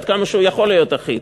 עד כמה שהוא יכול להיות אחיד,